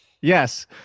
Yes